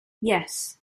yes